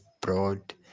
broad